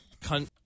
cunt